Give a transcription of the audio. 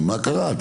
מה קרה?